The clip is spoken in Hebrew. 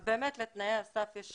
אבל באמת לתנאי הסף יש